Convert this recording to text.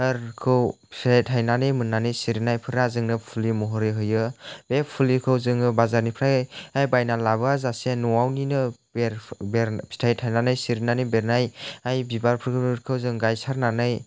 फोरखौ फिथाइ थायनानै मोननानै सिरिनायफोरा जोंनो फुलि महरै होयो बे फुलिखौ जों बाजारनिफ्राय बायनानै लाबोआ जासे न'आवनिनो फिथाइ थायनानै सिरिनानै बेरनाय बिबारफोरखौ जों गायसारनानै